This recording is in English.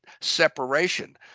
separation